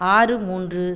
ஆறு மூன்று